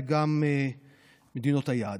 זה גם מדינות היעד.